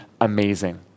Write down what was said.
amazing